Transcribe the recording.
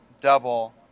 double